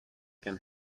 can